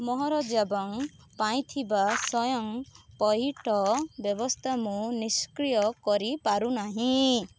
ମୋର ଜାବଙ୍ଗ୍ ପାଇଁ ଥିବା ସ୍ଵୟଂ ପଇଠ ବ୍ୟବସ୍ଥା ମୁଁ ନିଷ୍କ୍ରିୟ କରିପାରୁନାହିଁ